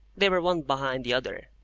they were one behind the other.